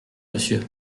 monsieur